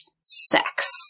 sex